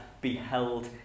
beheld